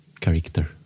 character